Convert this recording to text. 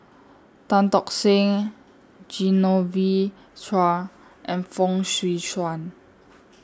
Tan Tock Seng Genevieve Chua and Fong Swee Suan